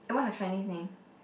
eh what's your Chinese name